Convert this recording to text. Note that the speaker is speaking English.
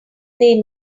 they